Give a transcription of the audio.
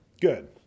Good